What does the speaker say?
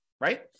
right